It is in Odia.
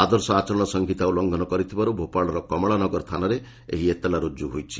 ଆଦର୍ଶ ଆଚରଣ ସଂହିତା ଉଲ୍ଲୁଂଘନ କରିଥିବାରୁ ଭୋପାଳର କମଳା ନଗର ଥାନାରେ ଏହି ଏତଲା ରୁଜୁ ହୋଇଛି